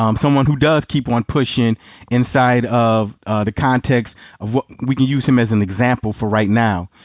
um someone who does keep on pushing inside of the context of we can use him as an example for right now.